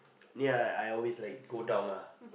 ya I always like go down lah